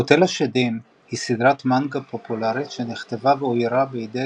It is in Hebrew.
קוטל השדים היא סדרת מאנגה פופולרית שנכתבה ואוירה בידי